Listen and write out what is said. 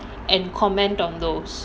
and comment on those